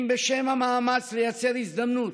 אם בשם המאמץ לייצר הזדמנות,